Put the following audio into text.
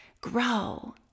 grow